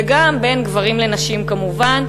וגם בין גברים לנשים כמובן.